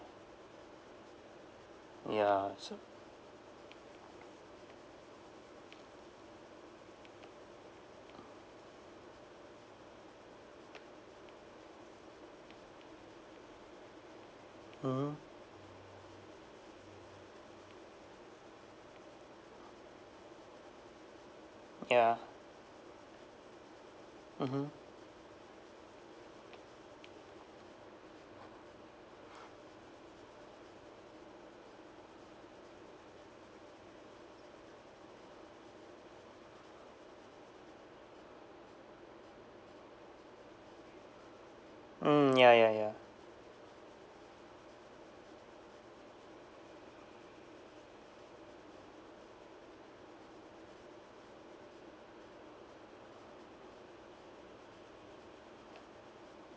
ya so mm ya mmhmm mm ya ya ya